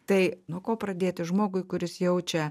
tai nuo ko pradėti žmogui kuris jaučia